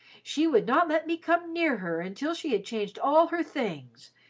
she would not let me come near her until she had changed all her things.